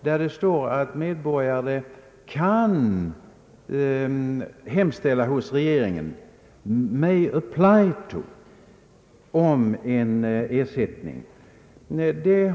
Där står det att medborgare kan hemställa — may apply to — hos regeringen om en ersättning.